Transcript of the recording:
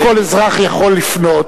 האם כל אזרח יכול לפנות,